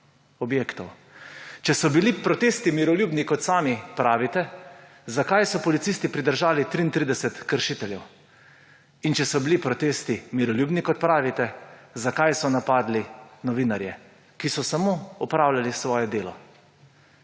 objektov. Če so bili protesti miroljubni, kot sami pravite, zakaj so policisti pridržali 33 kršiteljev? Če so bili protesti miroljubni, kot pravite, zakaj so napadli novinarje, ki so samo opravljali svoje delo?